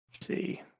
see